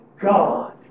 God